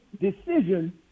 decision